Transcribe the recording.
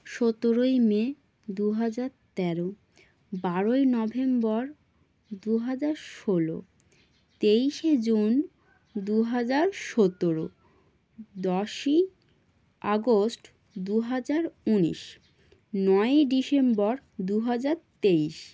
সতেরোই মে দু হাজার তেরো বারোই নভেম্বর দু হাজার ষোলো তেইশে জুন দু হাজার সতেরো দশই আগস্ট দু হাজার উনিশ নয়ই ডিসেম্বর দু হাজার তেইশ